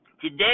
Today